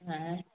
हँइ